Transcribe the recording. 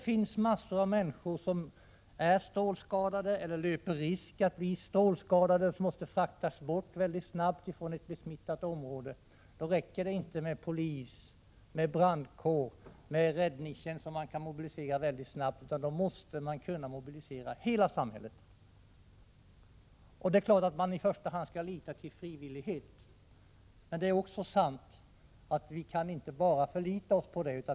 Men om massor av människor blivit strålskadade eller löper risk att bli strålskadade och måste fraktas bort väldigt snabbt från ett besmittat område, räcker det inte med polis, brandkår och räddningstjänst, utan då måste man mobilisera hela samhället. Det är klart att man i första hand skall lita till frivillighet, men det är också sant att vi inte kan förlita oss bara på det.